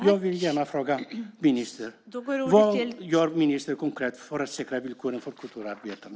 Jag vill gärna fråga ministern: Vad gör ministern konkret för att säkra villkoren för kulturarbetarna?